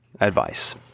advice